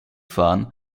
fahren